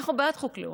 אנחנו בעד חוק לאום.